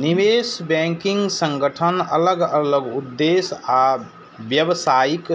निवेश बैंकिंग संगठन अलग अलग उद्देश्य आ व्यावसायिक